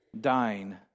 dying